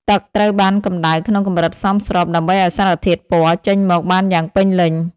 ទឹកត្រូវបានកម្តៅក្នុងកម្រិតសមស្របដើម្បីឱ្យសារធាតុពណ៌ចេញមកបានយ៉ាងពេញលេញ។